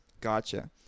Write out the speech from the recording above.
Gotcha